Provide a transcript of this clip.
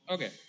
Okay